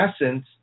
essence